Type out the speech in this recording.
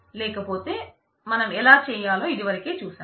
లేకపోతే మనం ఎలా చేయాలో ఇది వరకే చూసాం